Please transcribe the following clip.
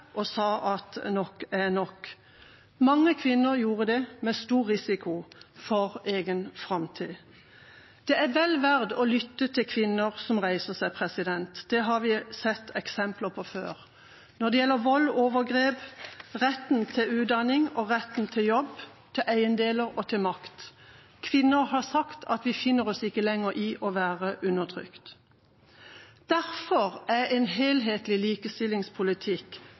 og sa at nok er nok. Mange kvinner gjorde det, med stor risiko for egen framtid. Det er vel verdt å lytte til kvinner som reiser seg. Det har vi sett eksempler på før. Når det gjelder vold og overgrep, retten til utdanning og retten til jobb, til eiendeler og til makt – kvinner har sagt at de finner seg ikke lenger i å være undertrykt. Derfor er en helhetlig likestillingspolitikk